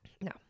No